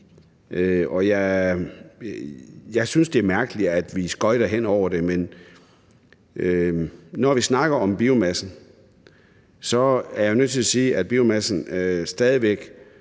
Jeg synes, det er mærkeligt, at vi skøjter hen over det, men når vi snakker om biomassen, er jeg nødt til at sige, at biomasse stadig væk